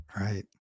Right